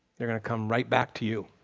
they're going to come right back to you.